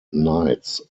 nights